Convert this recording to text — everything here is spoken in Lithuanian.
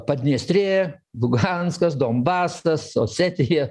padniestrė luganskas donbasas osetija